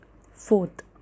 fourth